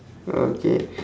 okay